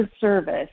service